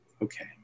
Okay